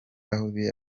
aho